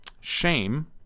shame